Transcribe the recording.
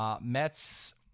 Mets